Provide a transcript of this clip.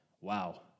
Wow